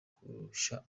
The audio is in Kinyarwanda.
kurusha